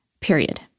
period